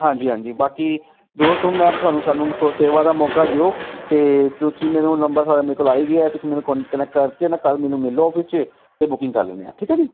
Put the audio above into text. ਹਾਂਜੀ ਹਾਂਜੀ ਬਾਕੀ ਜੋ ਤੁਹਾਨੂੰ ਮੈਂ ਤੁਹਾਨੂੰ ਸਾਨੂੰ ਸੇਵਾ ਦਾ ਮੌਕਾ ਦਿਓ ਅਤੇ ਤੁਸੀਂ ਮੈਨੂੰ ਨੰਬਰ ਮੇਰੇ ਕੋਲ ਆ ਹੀ ਗਿਆ ਤੁਸੀਂ ਮੈਨੂੰ ਕੰਨੈਕਟ ਕਰਕੇ ਨਾ ਕੱਲ੍ਹ ਮੈਨੂੰ ਮਿਲੋ ਆਫਿਸ 'ਚ ਅਤੇ ਬੁਕਿੰਗ ਕਰ ਲੈਂਦੇ ਆ ਠੀਕ ਹੈ ਜੀ